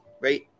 right